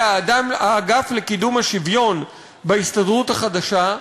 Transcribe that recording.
האגף לקידום השוויון בהסתדרות החדשה,